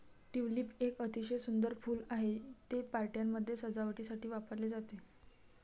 tulip एक अतिशय सुंदर फूल आहे, ते पार्ट्यांमध्ये सजावटीसाठी वापरले जाते